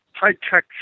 High-tech